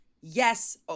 Yes